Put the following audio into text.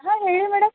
ಹಾಂ ಹೇಳಿ ಮೇಡಮ್